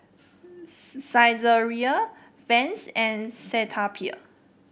Saizeriya Vans and Cetaphil